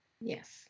Yes